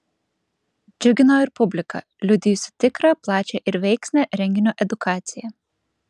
džiugino ir publika liudijusi tikrą plačią ir veiksnią renginio edukaciją